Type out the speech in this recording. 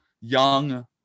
young